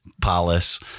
Palace